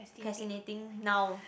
~crastinating now